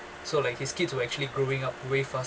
so like his kid to actually growing up way fas~